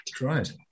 Right